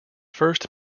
first